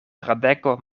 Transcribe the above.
fradeko